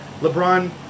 LeBron